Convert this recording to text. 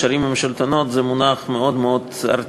"קשרים עם שלטונות" זה מונח מאוד ערטילאי.